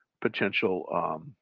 potential